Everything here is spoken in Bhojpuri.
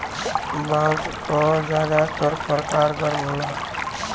बांस क जादातर परकार गर्म होला